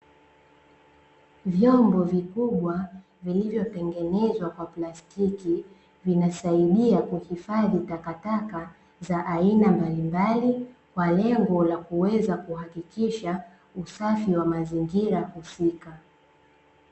Vyombo vikubwa vilivyotengenezwa kwa plastiki, vinasaidia kuhifadhi takataka za aina mbalimbali, kwa lengo la kuweza kuhakikisha usafi wa mazingira husika.